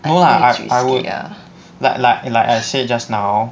no lah I I would like like like I said just now